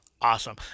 awesome